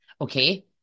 Okay